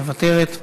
מוותרת.